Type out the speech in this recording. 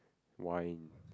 wine